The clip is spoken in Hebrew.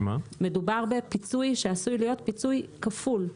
מדובר בפיצוי שעשוי להיות פיצוי כפול.